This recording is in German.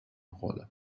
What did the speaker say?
rolle